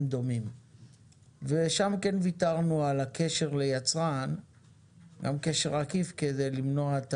דומים ושם כן וויתרנו על הקשר ליצרן גם קשר עקיף כדי למנוע את